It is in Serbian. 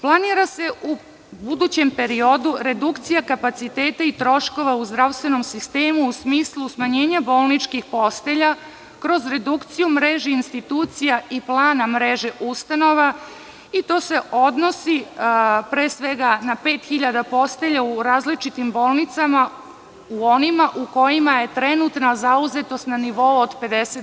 Planira se u budućem periodu redukcija kapaciteta i troškova u zdravstvenom sistemu, u smislu smanjenja bolničkih postelja, kroz redukciju mreže institucija i plana mreže ustanova i to se odnosi, pre svega, na 5.000 postelja u različitim bolnicama u onima u kojima je trenutna zauzetost na nivou od 50%